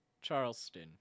Charleston